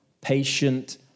patient